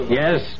yes